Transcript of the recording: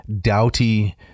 doughty